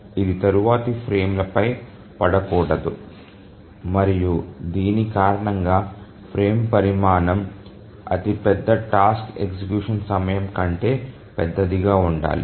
ఇది తరువాతి ఫ్రేమ్ల పై పడకూడదు మరియు దీని కారణంగా ఫ్రేమ్ పరిమాణం అతి పెద్ద టాస్క్ ఎగ్జిక్యూషన్ సమయం కంటే పెద్దదిగా ఉండాలి